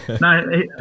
No